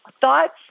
Thoughts